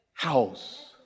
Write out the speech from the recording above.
house